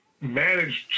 managed